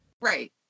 Right